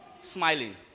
smiling